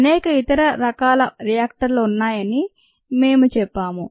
అనేక ఇతర రకాల రియాక్టర్లు ఉన్నాయని మేము చెప్పాము